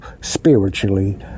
spiritually